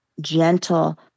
gentle